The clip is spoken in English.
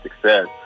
success